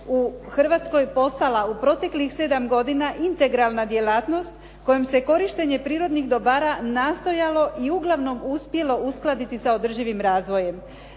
u Hrvatskoj postala u proteklih 7 godina integralna djelatnost kojom se korištenje prirodnih dobara nastojalo i uglavnom uspjelo uskladiti sa održivim razvojem.